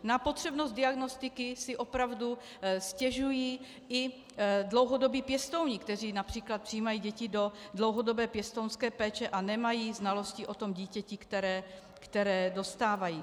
Na potřebnost diagnostiky si opravdu stěžují i dlouhodobí pěstouni, kteří například přijímají děti do dlouhodobé pěstounské péče a nemají znalosti o tom dítěti, které dostávají.